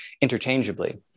interchangeably